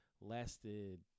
lasted